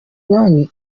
banki